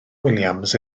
williams